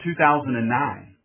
2009